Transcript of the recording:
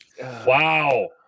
Wow